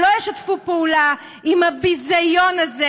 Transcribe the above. שלא ישתפו פעולה עם הביזיון הזה,